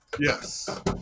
Yes